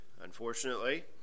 unfortunately